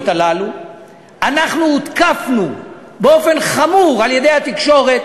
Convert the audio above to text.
האלה אנחנו הותקפנו באופן חמור על-ידי התקשורת,